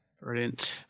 brilliant